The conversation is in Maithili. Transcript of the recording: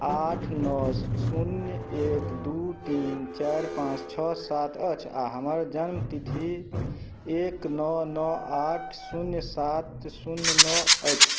आठ नओ शून्य एक दुइ तीन चारि पाँच छओ सात अछि आओर हमर जनमतिथि एक नओ नओ आठ शून्य सात शून्य नओ अछि